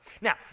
Now